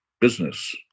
business